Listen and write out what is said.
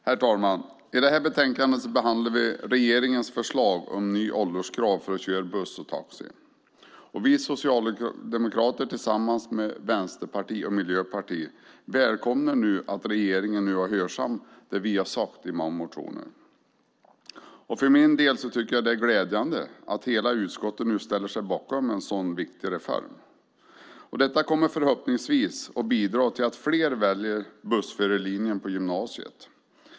Herr talman! I detta betänkande behandlas regeringens förslag om nya ålderskrav för att få köra buss och taxi. Tillsammans med Vänsterpartiet och Miljöpartiet välkomnar vi socialdemokrater att regeringen nu har hörsammat vad vi uttryckt i många motioner. Det är glädjande att hela utskottet nu ställer sig bakom denna viktiga reform. Det här kommer förhoppningsvis att bidra till att fler väljer bussförarlinjen på gymnasiet.